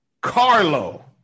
Carlo